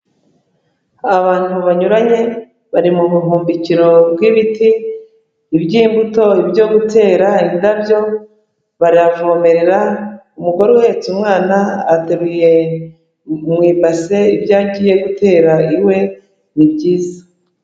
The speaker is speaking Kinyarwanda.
Abantu banyuranye bari mu buhumbikiro bw'ibiti, iby'imbuto, ibyo gutera indabyo, baravomerera, umugore uhetse umwana ateruye mu ibase, ibyo agiye gutera iwe ni byiza.